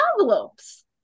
envelopes